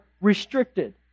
restricted